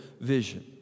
vision